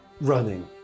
running